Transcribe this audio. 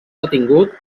detingut